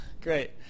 Great